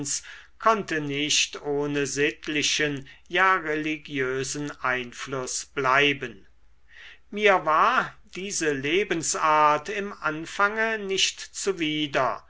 konnte nicht ohne sittlichen ja religiösen einfluß bleiben mir war diese lebensart im anfange nicht zuwider